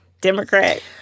Democrat